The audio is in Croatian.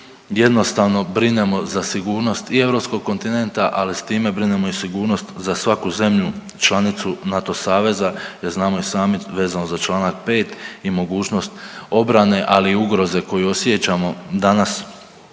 jednostavno brinemo za sigurnost i europskog kontinenta, ali s time brinemo i sigurnost za svaku zemlju članicu NATO saveza jer znamo i sami vezano za čl. 5. i mogućnost obrane, ali i ugroze koju osjećamo danas